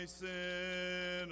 sin